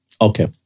Okay